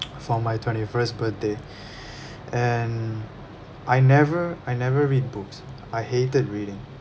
for my twenty first birthday and I never I never read books I hated reading